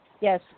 Yes